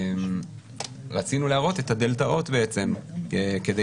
רצינו להראות את הדלתאות בעצם כדי